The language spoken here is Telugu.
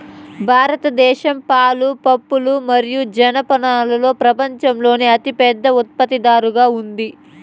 భారతదేశం పాలు, పప్పులు మరియు జనపనారలో ప్రపంచంలోనే అతిపెద్ద ఉత్పత్తిదారుగా ఉంది